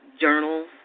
journals